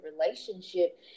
relationship